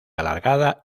alargada